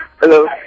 Hello